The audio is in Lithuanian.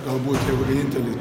galbūt vienintelį